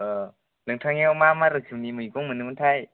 अ नोंथांनियाव मा मा रोखोमनि मैगं मोनोमोनथाय